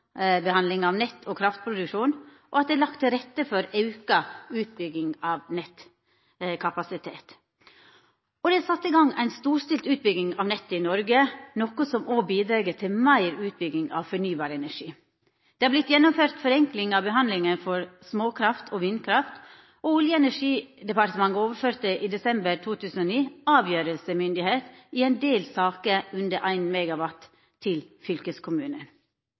av nett og kraftproduksjon, og at det er lagt til rette for auka utbygging av nettkapasitet. Det er sett i gang ei storstilt utbygging av nettet i Noreg, noko som òg bidreg til meir utbygging av fornybar energi. Det har vorte gjennomført forenkling av behandlinga for småkraft og vindkraft, og Olje- og energidepartementet overførte i desember 2009 avgjerslemyndigheit i ein del saker under 1 MW til fylkeskommunen.